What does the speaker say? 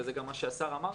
וזה גם מה שהשר אמר,